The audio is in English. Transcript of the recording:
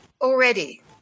already